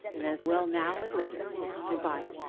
and as well now as later good-by!